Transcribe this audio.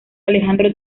alejandro